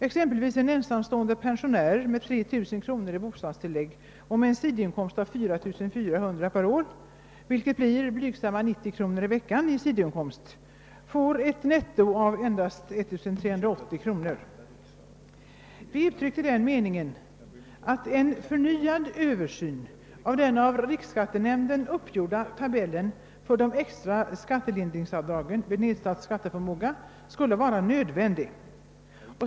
Exempelvis får en ensamstående pensionär med 3 000 kronor i bostadstillägg och med en sidoinkomst av 4400 kronor per år, vilket motsvarar blygsamma 90 kronor i veckan i sidoinkomst, ett netto av endast 1 380 kronor. Vi uttryckte den meningen att en förnyad översyn av den av riksskattenämnden uppgjorda tabellen för de extra skattelindringsavdragen vid «nedsatt skatteförmåga skulle vara nödvändig.